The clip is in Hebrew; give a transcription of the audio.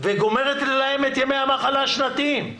וגומרת להם את ימי המחלה השנתיים?